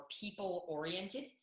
people-oriented